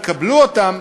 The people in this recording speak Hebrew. יקבלו אותם,